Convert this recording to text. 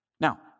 Now